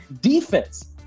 defense